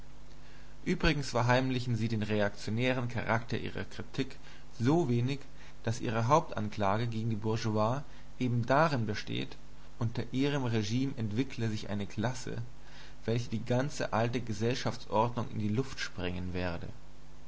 übrigens verheimlichen sie den reaktionären charakter ihrer kritik so wenig daß ihre hauptanklage gegen die bourgeoisie eben darin besteht unter ihrem regime entwickle sich eine klasse welche die ganze alte gesellschaftsordnung in die luft sprengen werde